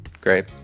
Great